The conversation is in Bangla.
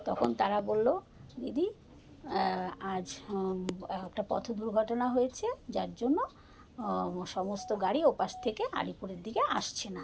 তখন তারা বললো দিদি আজ একটা পথ দুর্ঘটনা হয়েছে যার জন্য সমস্ত গাড়ি ওপাশ থেকে আলিপুরের দিকে আসছে না